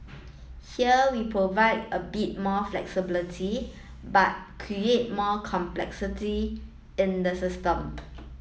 here we provide a bit more flexibility but create more complexity in the system